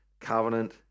covenant